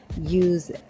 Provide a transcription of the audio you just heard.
use